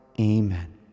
Amen